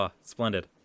splendid